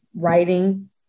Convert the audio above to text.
writing